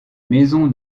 maison